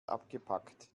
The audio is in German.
abgepackt